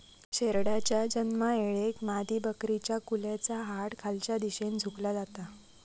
शेरडाच्या जन्मायेळेक मादीबकरीच्या कुल्याचा हाड खालच्या दिशेन झुकला जाता